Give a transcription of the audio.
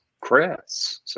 Chris